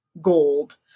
gold